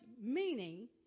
meaning